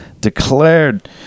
declared